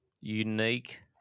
unique